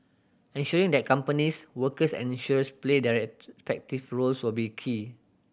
ensuring that companies workers and insurers play their roles will be key